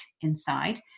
inside